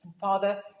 father